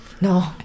No